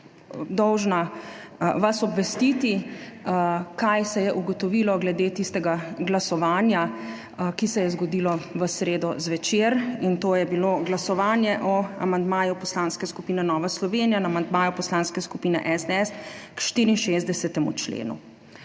dolžna obvestiti, kaj se je ugotovilo glede tistega glasovanja, ki se je zgodilo v sredo zvečer. To je bilo glasovanje o amandmaju Poslanske skupine Nova Slovenija in amandmaju Poslanske skupine SDS k 64. členu.